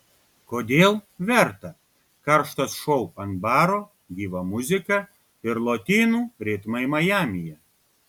kodėl verta karštas šou ant baro gyva muzika ir lotynų ritmai majamyje